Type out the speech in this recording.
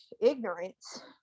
ignorance